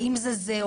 האם זה זה,